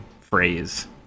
phrase